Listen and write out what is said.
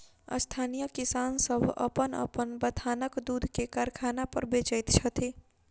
स्थानीय किसान सभ अपन अपन बथानक दूध के कारखाना पर बेचैत छथि